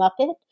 Muppet